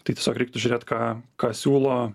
tai tiesiog reiktų žiūrėt ką ką siūlo